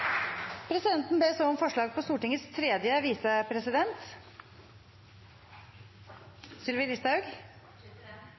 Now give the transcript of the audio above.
ber så om forslag på Stortingets andre visepresident